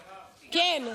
כן.